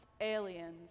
aliens